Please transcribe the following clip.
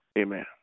Amen